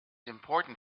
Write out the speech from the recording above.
important